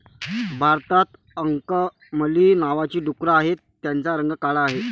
भारतात अंकमली नावाची डुकरं आहेत, त्यांचा रंग काळा आहे